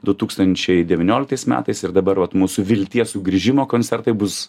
du tūkstančiai devynioliktais metais ir dabar vat mūsų vilties sugrįžimo koncertai bus